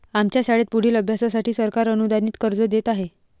आमच्या शाळेत पुढील अभ्यासासाठी सरकार अनुदानित कर्ज देत आहे